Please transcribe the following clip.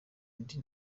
undi